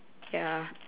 ya